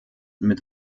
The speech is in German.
mit